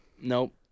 Nope